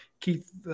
Keith